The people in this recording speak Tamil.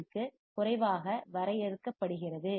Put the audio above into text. பிக்கு குறைவாக வரையறுக்கப்படுகிறது